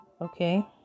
okay